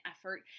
effort